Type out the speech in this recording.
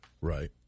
Right